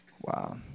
Wow